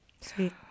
Sweet